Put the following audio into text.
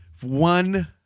One